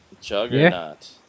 juggernaut